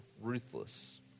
ruthless